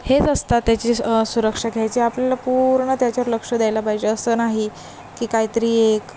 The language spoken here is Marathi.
हेच असतात त्याची सुरक्षा घ्यायची आपल्याला पूर्ण त्याच्यावर लक्ष द्यायला पाहिजे असं नाही की कायतरी एक